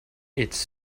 it’s